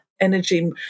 energy